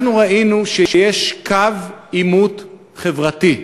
ראינו שיש קו עימות חברתי,